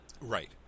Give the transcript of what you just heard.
Right